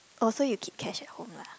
oh so you keep cash at home lah